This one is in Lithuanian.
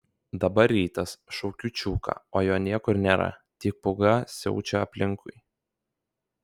dabar rytas šaukiu čiuką o jo niekur nėra tik pūga siaučia aplinkui